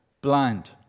blind